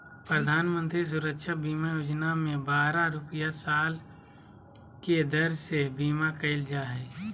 प्रधानमंत्री सुरक्षा बीमा योजना में बारह रुपया साल के दर से बीमा कईल जा हइ